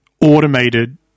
automated